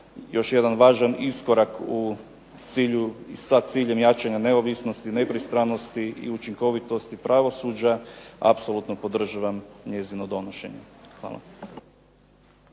još jedan važan iskorak u cilju, sa ciljem jačanja neovisnosti, nepristranosti i učinkovitosti pravosuđa, apsolutno podržavam njezino donošenje. Hvala.